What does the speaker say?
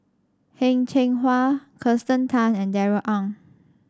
Heng Cheng Hwa Kirsten Tan and Darrell Ang